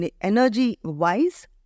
energy-wise